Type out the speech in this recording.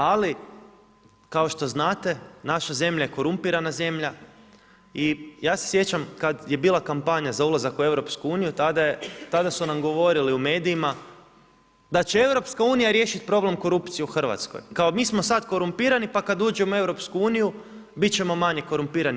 Ali kao što znate, naša zemlja je korumpirana zemlja i ja se sjećam kad je bila kampanja za ulazak u EU, tada su nam govorili u medijima da će EU riješiti problem korupcije u Hrvatskoj, kao mi smo sad korumpirani, pa kad uđemo u EU, bit ćemo manje korumpirani.